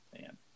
Man